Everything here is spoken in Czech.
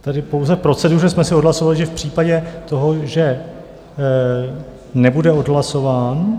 Tedy pouze v proceduře jsme si odhlasovali, že v případě toho, že nebude odhlasován...